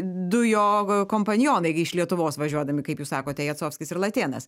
du jo kompanionai iš lietuvos važiuodami kaip jūs sakote jacovskis ir latėnas